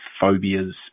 phobias